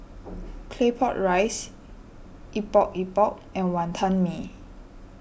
Claypot Rice Epok Epok and Wantan Mee